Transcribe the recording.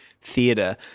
theatre